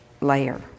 layer